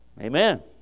Amen